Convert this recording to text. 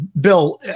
Bill